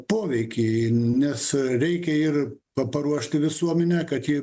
poveikį nes reikia ir pa paruošti visuomenę kad ji